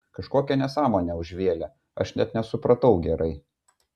kažkokią nesąmonę užvėlė aš net nesupratau gerai